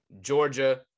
Georgia